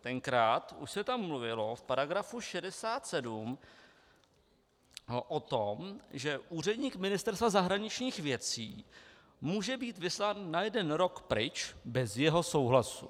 Tenkrát už se tam mluvilo v § 67 o tom, že úředník Ministerstva zahraničních věcí může být vyslán na jeden rok pryč bez jeho souhlasu.